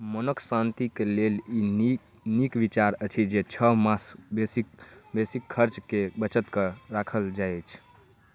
मोनक शान्ति के लेल ई नीक विचार अछि जे छओ मासक बेसिक खर्च के बचत कऽ राखल जाइत अछि